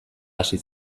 hasi